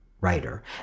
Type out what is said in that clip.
writer